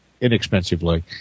inexpensively